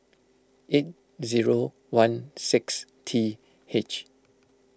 eight zero one six T H